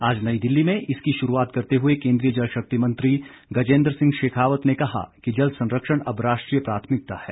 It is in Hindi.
आज नई दिल्ली में इसकी शुरूआत करते हुए केन्द्रीय जल शक्ति मंत्री गजेंद्र सिंह शेखावत ने कहा कि जल संरक्षण अब राष्ट्रीय प्राथमिकता है